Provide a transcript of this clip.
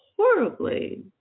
horribly